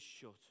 shut